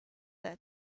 that